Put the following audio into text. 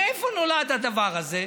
מאיפה נולד הדבר הזה?